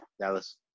Dallas